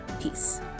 Peace